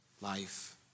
life